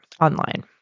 online